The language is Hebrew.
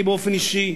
אני באופן אישי,